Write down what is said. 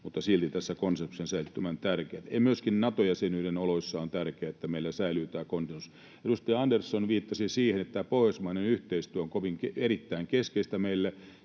mutta silti tässä konsensuksessa se on ehdottoman tärkeätä. Ja myöskin Nato-jäsenyyden oloissa on tärkeää, että meillä säilyy tämä konsensus. Edustaja Andersson viittasi siihen, että tämä pohjoismainen yhteistyö on erittäin keskeistä meille.